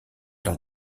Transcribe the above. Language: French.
leur